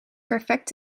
perfect